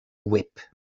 whip